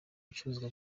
bicuruzwa